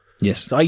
Yes